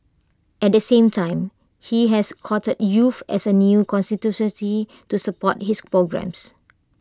at the same time he has courted youth as A new constituency to support his programmes